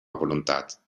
voluntat